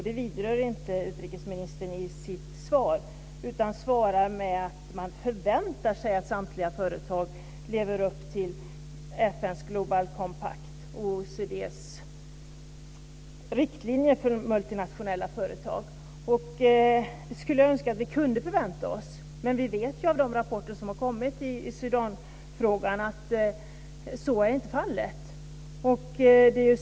Detta berör utrikesministern inte i svaret. I stället sägs det i svaret att man förväntar sig att samtliga företag lever upp till FN:s Global Compact och OECD:s riktlinjer för multinationella företag. Jag skulle önska att vi kunde förvänta oss det men vi vet ju av de rapporter som kommit i Sudanfrågan att så inte är fallet.